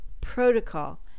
protocol